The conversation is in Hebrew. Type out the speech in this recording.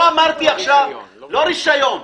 לא רישיון.